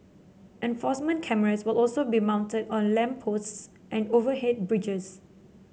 enforcement cameras will also be mounted on lamp posts and overhead bridges